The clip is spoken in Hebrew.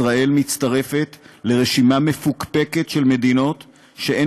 ישראל מצטרפת לרשימה מפוקפקת של מדינות שאין